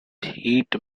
heat